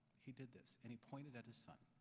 he did this, and he pointed at his son